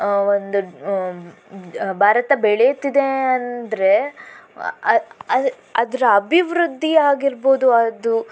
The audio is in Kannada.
ಒಂದು ಭಾರತ ಬೆಳೆಯುತ್ತಿದೆ ಅಂದರೆ ಅದರ ಅಭಿವೃದ್ಧಿ ಆಗಿರ್ಬೋದು ಅದು